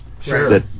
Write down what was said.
Sure